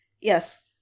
Yes